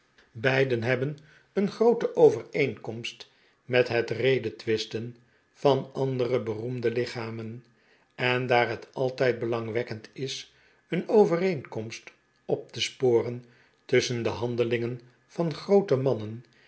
beide hebben een groote overeenkomst met het redetwisten van andere beroemde lichamen en daar het altijd belangwekkend is een overeenkomst op te sporen tusschen de handelingen van groote marnien